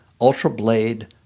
ultra-blade